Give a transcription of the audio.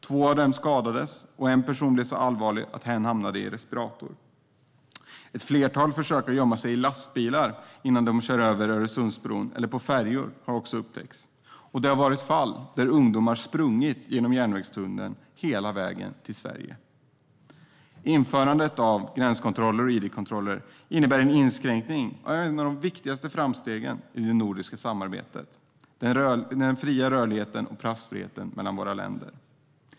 Två av dem skadades, en person så allvarligt att hen hamnade i respirator. Ett flertal försök till att gömma sig i lastbilar innan de kör över Öresundsbron eller på färjor har också upptäckts. Det har varit fall där ungdomar sprungit igenom järnvägstunneln hela vägen till Sverige. Införandet av gränskontroller och id-kontroller innebär en inskränkning av ett av de viktigaste framstegen i det nordiska samarbetet, den fria rörligheten och passfriheten mellan våra länder.